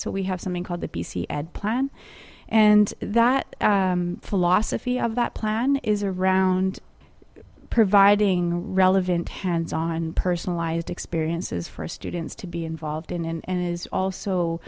so we have something called the b c ad plan and that philosophy of that plan is around providing a relevant hands on personalized experiences for students to be involved in and is also